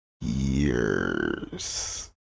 Years